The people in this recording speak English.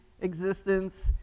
existence